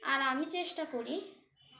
আর আমি চেষ্টা করি